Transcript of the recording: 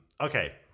okay